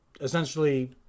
essentially